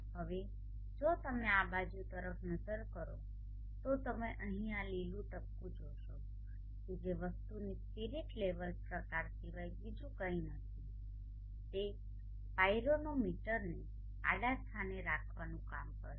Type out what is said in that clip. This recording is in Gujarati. હવે જો તમે આ બાજુ તરફ નજર કરો તો તમે અહીં આ લીલુ ટપકું જોશો કે જે વસ્તુની સ્પીરીટ લેવલ પ્રકાર સિવાય બીજું કંઈ નથી જે પાયરોનોમીટરને આડા સ્થાને રાખવાનું કામ કરશે